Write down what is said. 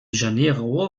janeiro